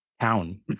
town